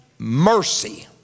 mercy